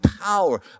power